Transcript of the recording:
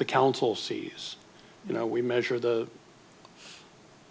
the council sees you know we measure the